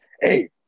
Hey